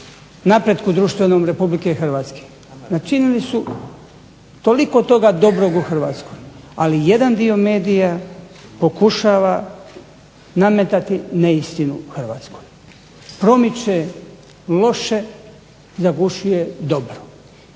napretku društvenom Republike Hrvatske, učinili su toliko toga dobrog u Hrvatskoj, ali jedan dio medija pokušava nametati neistinu Hrvatskoj. Promiče loše zagušuje dobro.